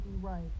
right